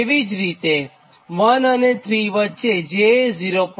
તે જ રીતે1 અને 3 વચ્ચે j0